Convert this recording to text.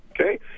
okay